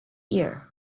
year